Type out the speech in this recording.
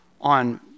on